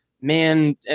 man